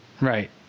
Right